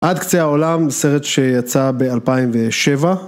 עד קצה העולם, סרט שיצא ב-2007